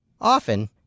Often